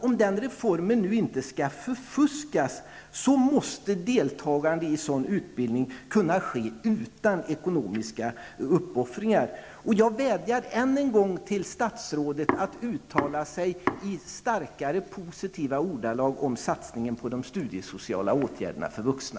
Om den reformen nu inte skall förfuskas, måste deltagande i sådan utbildning kunna ske utan ekonomiska uppoffringar. Jag vädjar än en gång till statsrådet att uttala sig i starkare positiva ordalag om satsningar på studiesociala åtgärder för vuxna.